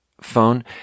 phone